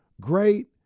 great